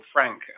Frank